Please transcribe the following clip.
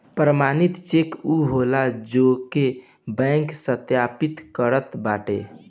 प्रमाणित चेक उ होला जेके बैंक सत्यापित करत बाटे